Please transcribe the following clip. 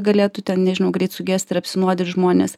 galėtų ten nežinau greit sugesti ir apsinuodyt žmonės